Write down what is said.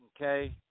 okay